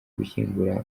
gushyingura